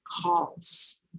calls